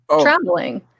traveling